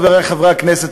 חברי חברי הכנסת,